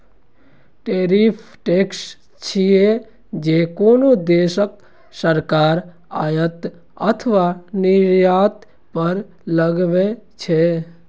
tariff tax छियै, जे कोनो देशक सरकार आयात अथवा निर्यात पर लगबै छै